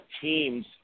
teams